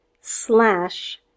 slash